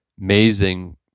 amazing